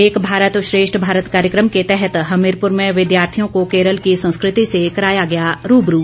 एक भारत श्रेष्ठ भारत कार्यक्रम के तहत हमीरपुर में विद्यार्थियों को केरल की संस्कृति से कराया गया रूबरू